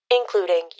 including